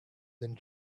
then